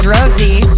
Rosie